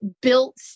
built